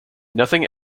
nothing